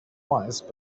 wise